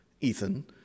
Ethan